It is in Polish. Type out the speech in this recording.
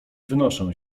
wynoszę